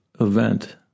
event